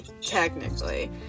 Technically